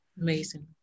Amazing